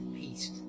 peace